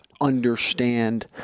understand